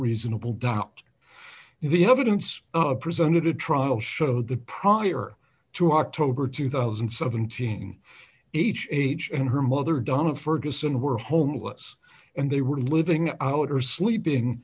reasonable doubt the evidence presented at trial showed the prior to october two thousand and seventeen h h and her mother donna ferguson were homeless and they were living out or sleeping